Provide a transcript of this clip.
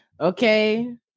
okay